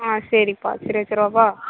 ஆ சரிப்பா சரி வச்சுரவாப்பா